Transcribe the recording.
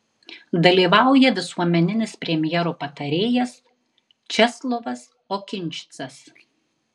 dalyvauja visuomeninis premjero patarėjas česlavas okinčicas